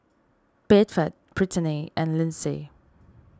Bedford Britny and Lindsey